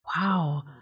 Wow